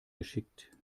geschickt